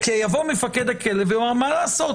יבוא מפקד הכלא ויאמר: מה לעשות,